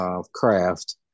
craft